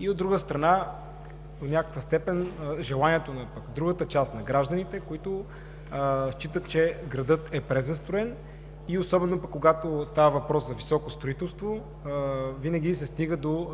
и, от друга страна, до някаква степен желанието на другата част на гражданите, които считат, че градът е презастроен. Особено когато става въпрос за високо строителство, винаги се стига до